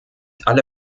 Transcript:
alle